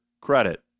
credit